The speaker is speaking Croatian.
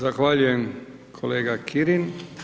Zahvaljujem kolega Kirin.